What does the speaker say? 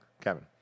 Kevin